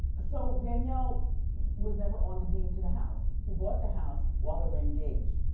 so danielle was never on the deed to the house. he bought the house while they were engaged.